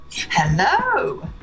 Hello